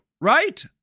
right